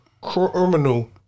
criminal